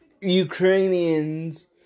Ukrainians